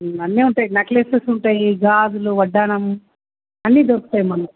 అన్నీ ఉంటాయి నెక్లెసెస్ ఉంటాయి గాజులు వడ్డాణం అన్నీ దొరుకుతాయి మనకు